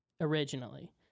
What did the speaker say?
originally